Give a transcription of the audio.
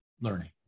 learning